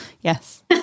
Yes